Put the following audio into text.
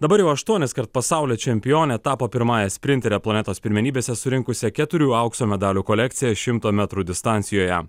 dabar jau aštuoniskart pasaulio čempionė tapo pirmąja sprintere planetos pirmenybėse surinkusia keturių aukso medalių kolekciją šimto metrų distancijoje